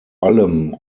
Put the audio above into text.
allem